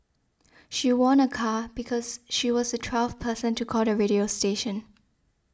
she won a car because she was the twelfth person to call the radio station